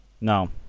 No